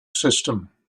system